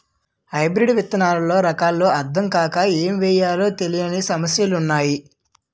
hybrid విత్తనాల్లో రకాలు అద్దం కాక ఏమి ఎయ్యాలో తెలీని సమయాలున్నాయి